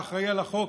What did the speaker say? האחראי לחוק,